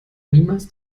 niemals